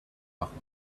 machen